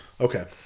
Okay